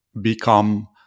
become